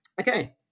Okay